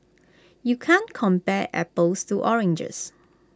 you can't compare apples to oranges